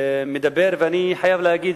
ואני חייב להגיד,